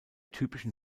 typischen